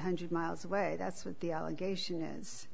hundred miles away that's what the allegation is